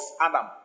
Adam